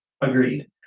agreed